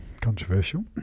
Controversial